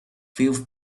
few